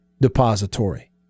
Depository